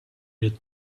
your